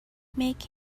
make